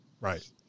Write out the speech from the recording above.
Right